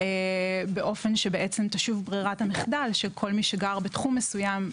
כך תשוב ברירת המחדל שכל מי שגר בתחום מסוים,